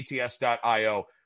ATS.io